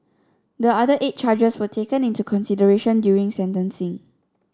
the other eight charges were taken into consideration during sentencing